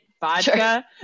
vodka